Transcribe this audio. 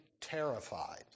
terrified